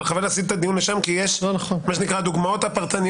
אבל חבל להסיט את הדיון לשם כי יש מה שנקרא את הדוגמאות הפרטניות.